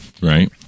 right